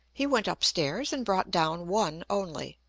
he went up-stairs, and brought down one only.